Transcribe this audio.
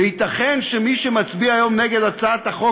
וייתכן שמי שמצביע היום נגד הצעת החוק